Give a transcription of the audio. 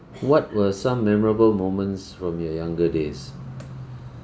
what were some memorable moments from your younger days